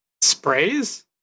Sprays